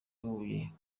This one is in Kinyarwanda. huye